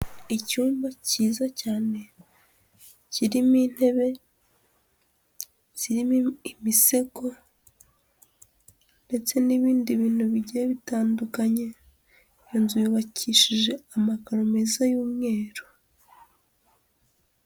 Icyumba kiza cyane kirimo intebe zirimo imisego ndetse n'ibindi bintu bigiye bitandukanye, inzu yubakishije amakaro meza y'umweru.